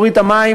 מוריד את המים,